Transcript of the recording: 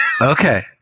okay